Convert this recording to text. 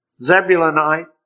Zebulonite